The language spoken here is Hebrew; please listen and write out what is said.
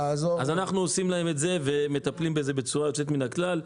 אז אנחנו עושים להם את זה ומטפלים בזה בצורה יוצאת מן הכלל.